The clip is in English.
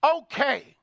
okay